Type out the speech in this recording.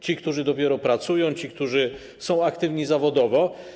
Ci, którzy dopiero pracują, ci, którzy są aktywni zawodowo.